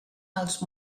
als